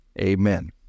Amen